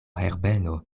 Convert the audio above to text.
herbeno